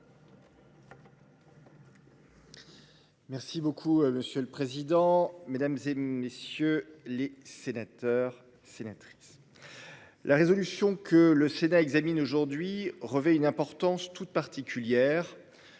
Merci beaucoup monsieur le président, Mesdames, et messieurs les sénateurs. Céline. La résolution que le sénat examine aujourd'hui revêt une importance toute particulière.